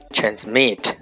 Transmit